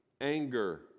anger